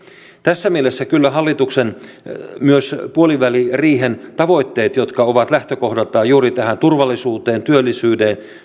tässä mielessä kyllä myös hallituksen puoliväliriihen tavoitteet jotka ovat lähtökohdaltaan juuri turvallisuuteen työllisyyteen